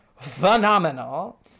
phenomenal